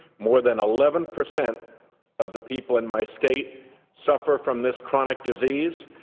more than eleven percent of the people in my state suffer from this chronic disease,